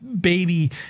baby